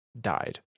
died